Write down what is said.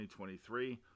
2023